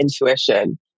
intuition